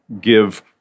give